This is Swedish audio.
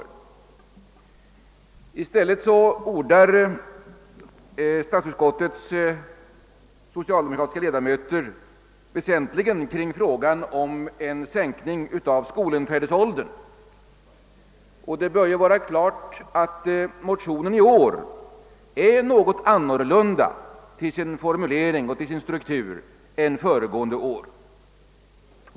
I stället ordar statsutskottets socialdemokratiska ledamöter väsentligen kring frågan om en sänkning av skolinträdesåldern. Det bör stå klart att motionen i år har en något annan formulering och struktur än föregående års motion.